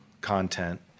content